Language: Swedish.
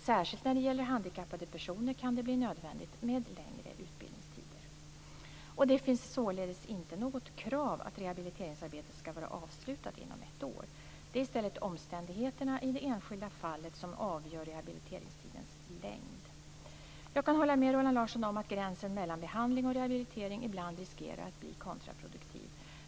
Särskilt när det gäller handikappade personer kan det bli nödvändigt med längre utbildningstider. Det finns således inte något krav att rehabiliteringsarbetet skall vara avslutat inom ett år. Det är i stället omständigheterna i det enskilda fallet som avgör rehabiliteringstidens längd. Jag kan hålla med Roland Larsson om att gränsen mellan behandling och rehabilitering ibland riskerar att bli kontraproduktiv.